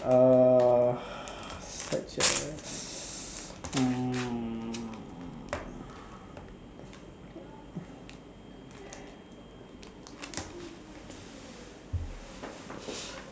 such as mm